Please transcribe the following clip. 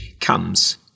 comes